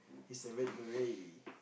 he's a red beret